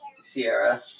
Sierra